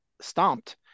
stomped